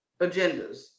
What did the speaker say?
agendas